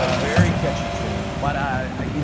ah very catchy tune. but i mean